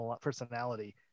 personality